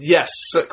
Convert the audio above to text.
Yes